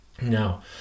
Now